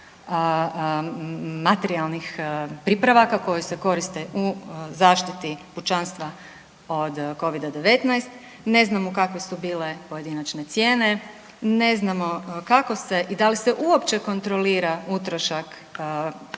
materijalnih pripravaka koji se koriste u zaštiti pučanstva od Covid-19, ne znamo kakve su bile pojedinačne cijene, ne znamo kako se i da li se uopće kontrolira utrošak